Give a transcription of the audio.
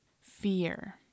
Fear